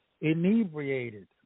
inebriated